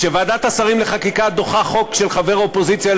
כשוועדת השרים לחקיקה דוחה חוק של חבר אופוזיציה היא